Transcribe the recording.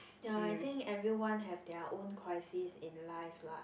ya I think everyone have their own crisis in life lah